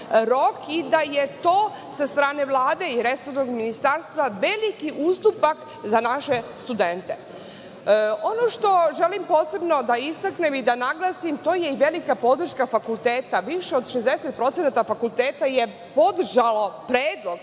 i da je to sa strane Vlade i resornog Ministarstva veliki ustupak za naše studente. Ono što želim posebno da istaknem i da naglasim, to je i velika podrška fakulteta, više od 60% fakulteta je podržalo predlog